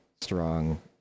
strong